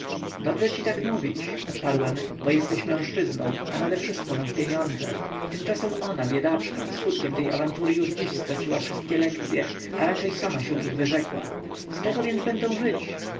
dobrze ci tak mówić odparłem bo jesteś mężczyzną a nadewszystko masz pieniądze tymczasem ona biedaczka skutkiem tej awantury już dziś straciła wszystkie lekcye a raczej sama się ich wyrzekła z czego więc będzie żyć